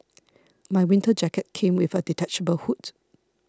my winter jacket came with a detachable hood